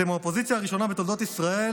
אתם האופוזיציה הראשונה בתולדות ישראל